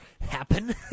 happen